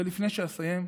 ולפני שאסיים,